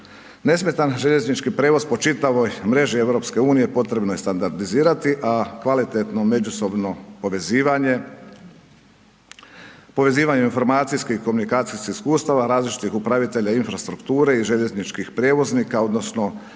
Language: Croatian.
Nesmetan željeznički prijevoz po čitavoj mreži EU-a potrebno je standardizirati a kvalitetno međusobno povezivanje, povezivanje informacijskih i komunikacijskih iskustava, različitih upravitelja infrastrukture i željezničkih prijevoznika odnosno